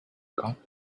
got